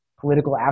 political